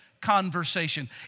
conversation